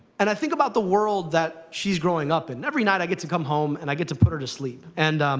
and i think about the world that she's growing up in. every night, i get to come home, and i get to put her to sleep. and